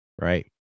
right